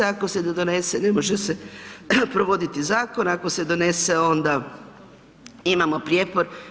Ako se ne donese ne može se provoditi zakon, ako se donese onda imamo prijepor.